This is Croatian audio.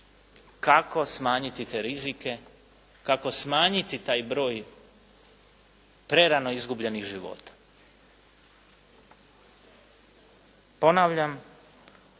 kako smanjiti te rizike? Kako smanjiti taj broj prerano izgubljenih života? Ponavljam